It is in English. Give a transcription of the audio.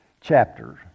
chapters